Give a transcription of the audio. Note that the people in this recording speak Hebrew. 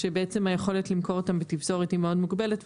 שבעצם היכולת למכור אותם בתפזורת היא מאוד מוגבלת,